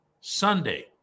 Sunday